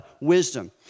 wisdom